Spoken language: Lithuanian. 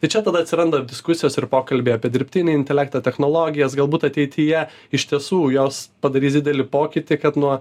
bet čia tada atsiranda diskusijos ir pokalbiai apie dirbtinį intelektą technologijas galbūt ateityje iš tiesų jos padarys didelį pokytį kad nuo